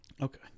Okay